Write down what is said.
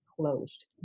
closed